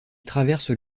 traversent